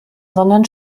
sondern